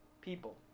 people